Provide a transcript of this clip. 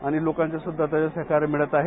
आणि लोकांचं सुद्धा सहकार्य मिळत आहे